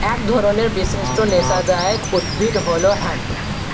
এক ধরনের বিশিষ্ট নেশাদায়ক উদ্ভিদ হল হেম্প